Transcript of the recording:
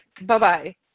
bye-bye